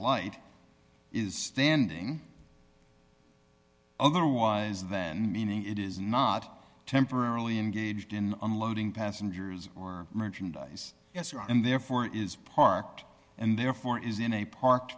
light is standing otherwise than meaning it is not temporarily engaged in unloading passengers or merchandise and therefore is parked and therefore is in a park